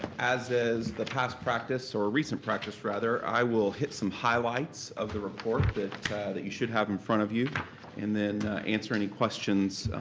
as is the past practice or recent practice rather, i will hit some highlights of the report that that you should have in front of you and then answer any questions,